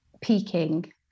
peaking